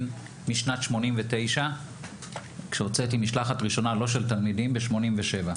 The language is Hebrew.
משנת 1989 עת הוצאתי משלחת ראשונה לא של תלמידים ב-1987.